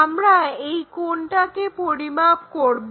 আমরা এই কোণটাকে পরিমাপ করবো